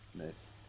Nice